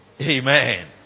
amen